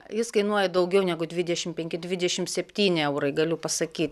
jis kainuoja daugiau negu dvidešim penki dvidešim septyni eurai galiu pasakyti